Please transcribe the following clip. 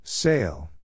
Sale